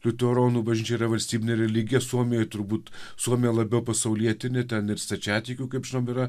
liuteronų bažnyčia yra valstybinė religija suomijoj turbūt suomija labiau pasaulietinė ten ir stačiatikių kaip žinom yra